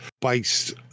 based